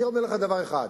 אני אומר לך דבר אחד: